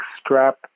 strap